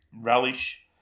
relish